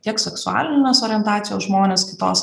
tiek seksualinės orientacijos žmonės kitos